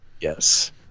Yes